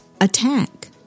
attack